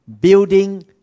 Building